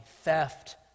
theft